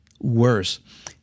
worse